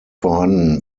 vorhanden